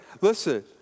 Listen